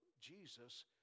Jesus